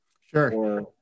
Sure